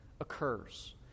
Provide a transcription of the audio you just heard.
occurs